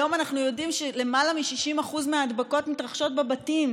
היום אנחנו יודעים שלמעלה מ-60% מההדבקות מתרחשות בבתים.